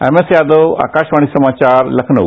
MS Yadav Akashvani समाचार लखनऊ